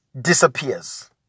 disappears